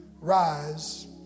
rise